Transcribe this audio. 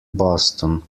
boston